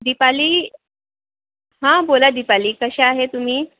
दिपाली हां बोला दिपाली कसे आहे तुम्ही